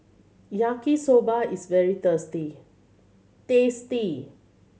Yaki Soba is very thirsty tasty